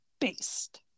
based